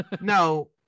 no